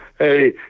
Hey